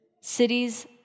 cities